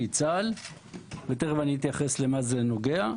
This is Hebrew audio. מצה"ל ותכף אתייחס למה זה נוגע.